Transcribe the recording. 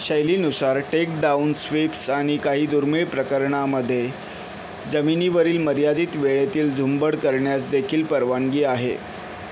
शैलीनुसार takedowns sweeps आणि काही दुर्मिळ प्रकरणामध्ये जमिनीवरील मर्यादित वेळेतील झुंबड करण्यास देखील परवानगी आहे